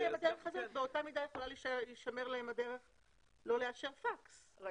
באותה מידה יכולה להישמר להן הדרך לא לאשר פקס.